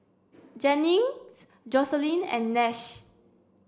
Jennings Joselyn and Nash